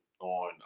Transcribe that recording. on